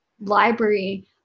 library